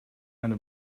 eine